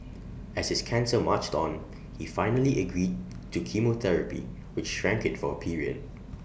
as his cancer marched on he finally agreed to chemotherapy which shrank IT for A period